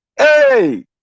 Hey